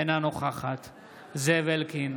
אינה נוכחת זאב אלקין,